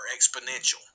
exponential